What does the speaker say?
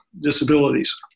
disabilities